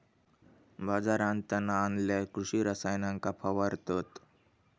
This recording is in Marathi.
बाजारांतना आणल्यार कृषि रसायनांका फवारतत